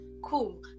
Cool